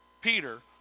Peter